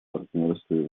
партнерстве